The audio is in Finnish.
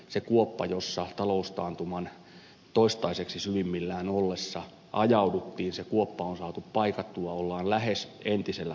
se kuoppa jossa taloustaantuman toistaiseksi syvimmillään ollessa ajauduttiin on saatu paikattua ollaan lähes entisellä tasolla